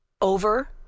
over